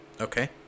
Okay